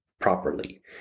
properly